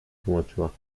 tłumaczyła